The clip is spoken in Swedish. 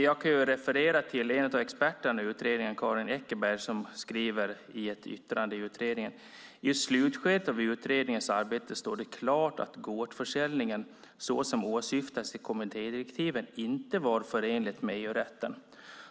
Jag kan referera till en av experterna i utredningen, Karin Eckerberg, som skriver i ett yttrande i utredningen: "I slutskedet av utredningens arbete stod det klart att gårdsförsäljning såsom åsyftat i kommittédirektivet, inte var förenligt med EU-rätten.